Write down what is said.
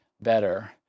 better